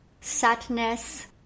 sadness